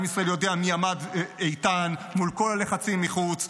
עם ישראל יודע מי עמד איתן מול כל הלחצים מחוץ,